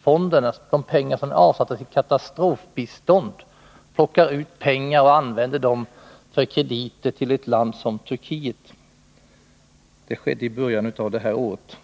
från det anslag som avsetts för katastrofbistånd plockat ut pengar och använt dem till krediter åt ett land som Turkiet. Det skedde i början av året.